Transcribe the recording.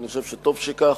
ואני חושב שטוב שכך,